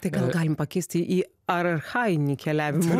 tai gal galime pakeisti į archajinį keliavimo